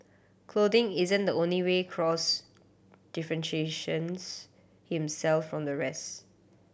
clothing isn't the only way Cross differentiates himself from the rest